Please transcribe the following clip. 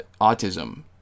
autism